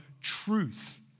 truth